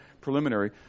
preliminary